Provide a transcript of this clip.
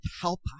help